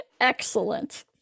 Excellent